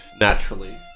naturally